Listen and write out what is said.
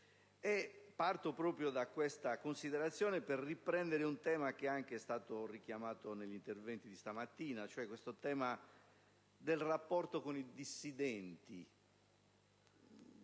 Parto proprio da questa considerazione per riprendere un tema richiamato anche negli interventi di stamattina: quello del rapporto con i dissidenti.